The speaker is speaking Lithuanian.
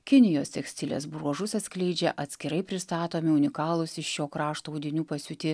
kinijos tekstilės bruožus atskleidžia atskirai pristatomi unikalūs iš šio krašto audinių pasiūti